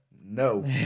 no